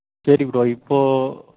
சரி ப்ரோ இப்போது